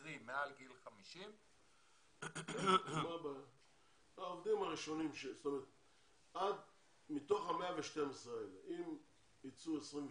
קרי מעל גיל 50. מתוך ה-112 האלה, אם ייצאו 26,